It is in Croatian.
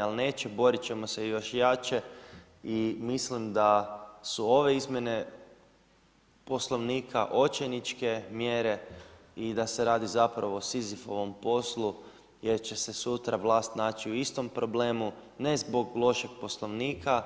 Ali neće, borit ćemo se još jače i mislim da su ove izmjene Poslovnika očajničke mjere i da se radi zapravo o sizifovom poslu jer će se sutra vlast naći u istom problemu ne zbog lošeg Poslovnika,